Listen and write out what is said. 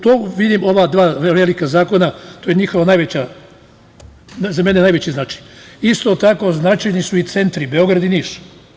Tu vidim ova dva velika zakona i to je njihova najveća, za mene najveći značaj i isto tako su značajni centri Beograd i Niš.